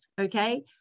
okay